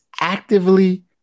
actively